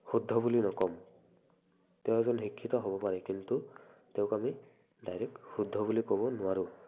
শুদ্ধ বুলি নক'ম তেওঁ এজন শিক্ষিত হ'ব পাৰে কিন্তু তেওঁক আমি ডাইৰেক্ট শুদ্ধ বুলি ক'ব নোৱাৰোঁ